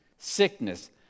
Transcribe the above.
sickness